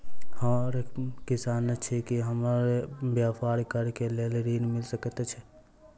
हम किसान छी की हमरा ब्यपार करऽ केँ लेल ऋण मिल सकैत ये?